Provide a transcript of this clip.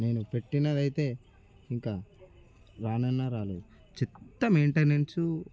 నేను పెట్టినదైతే ఇంకా రానన్నా రాలేదు చెత్త మెయింటెనెన్స్